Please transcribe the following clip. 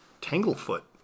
Tanglefoot